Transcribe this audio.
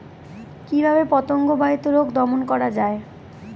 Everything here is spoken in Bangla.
কিভাবে পতঙ্গ বাহিত রোগ দমন করা যায়?